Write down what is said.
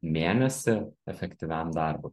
mėnesį efektyviam darbui